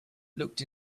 looked